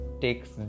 takes